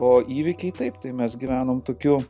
o įvykiai taip tai mes gyvenom tokiu